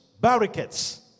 barricades